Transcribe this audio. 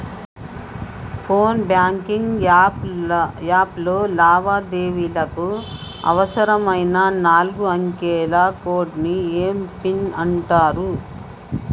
phone banking app లో లావాదేవీలకు అవసరమైన నాలుగు అంకెల కోడ్ని ఏం పిన్ అంటారు